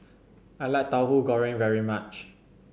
I like Tauhu Goreng very much